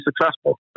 successful